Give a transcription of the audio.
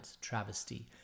travesty